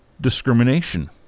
discrimination